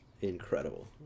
incredible